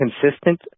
consistent